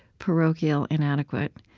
parochial, inadequate.